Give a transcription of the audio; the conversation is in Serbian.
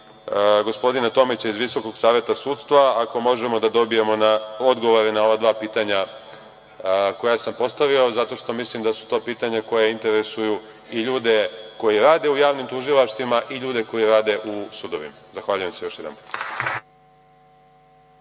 gospodina Tomića iz Visokog saveta sudstva, ako možemo da dobijemo odgovore na ova dva pitanja koja sam postavio, jer mislim da su to pitanja koja interesuju i ljude koji rade u javnim tužilaštvima i ljude koji rade u sudovima. Zahvaljujem se još jedanput.(Goran